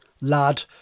lad